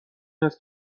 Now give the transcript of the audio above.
است